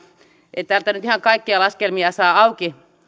ei täältä nyt ihan kaikkia laskelmia saa auki